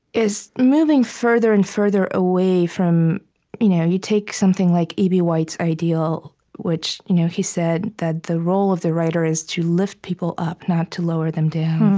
is moving further and further away from you know you take something like e b. white's ideal you know he said that the role of the writer is to lift people up, not to lower them down.